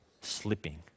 slipping